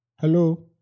Hello